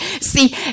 see